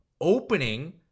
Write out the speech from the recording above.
opening